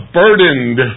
burdened